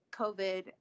COVID